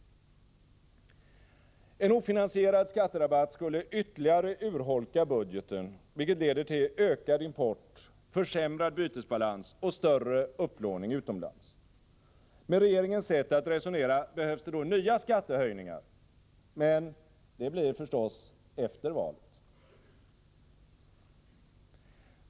En ofinansierad skatterabatt skulle ytterligare urholka budgeten, vilket leder till ökad import, försämrad bytesbalans och större upplåning utomlands. Med regeringens sätt att resonera behövs det då nya skattehöjningar — men det blir förstås efter valet.